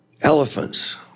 elephants